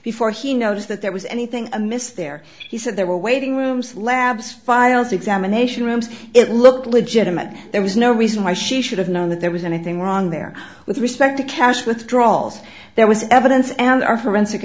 before he noticed that there was anything amiss there he said they were waiting rooms labs files examination rooms it looked legitimate there was no reason why she should have known that there was anything wrong there with respect to cash withdrawals there was evidence and our forensic